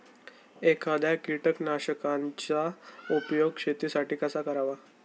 एखाद्या कीटकनाशकांचा उपयोग शेतीसाठी कसा करावा?